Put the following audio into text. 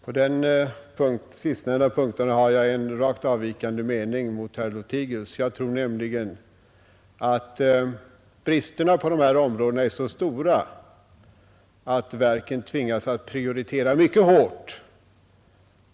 Fru talman! På den sistnämnda punkten har jag en rakt avvikande mening mot herr Lothigius. Jag tror nämligen att bristerna på dessa områden är så stora att verken tvingas att prioritera mycket hårt.